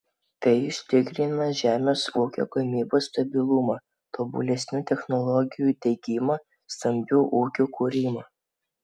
tai užtikrina žemės ūkio gamybos stabilumą tobulesnių technologijų diegimą stambių ūkių kūrimą